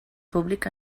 públic